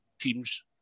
teams